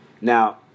Now